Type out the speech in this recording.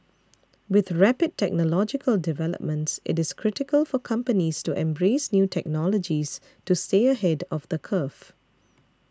with rapid technological developments it is critical for companies to embrace new technologies to stay ahead of the curve